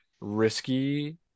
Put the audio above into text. risky